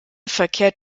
verkehrt